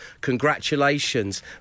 congratulations